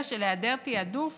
אלא של היעדר תיעדוף